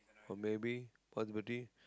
or maybe multiple T